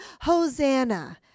Hosanna